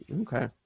Okay